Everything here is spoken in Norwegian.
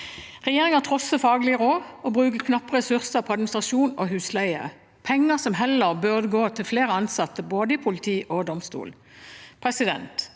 Regjeringen trosser faglige råd og bruker knappe ressurser på administrasjon og husleie – penger som heller burde gå til flere ansatte i både politi og domstol.